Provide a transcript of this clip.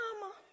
mama